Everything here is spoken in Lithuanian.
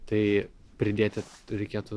tai pridėti reikėtų